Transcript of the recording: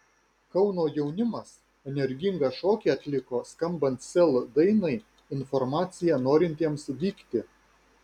kauno jaunimas energingą šokį atliko skambant sel dainai informacija norintiems vykti